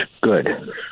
good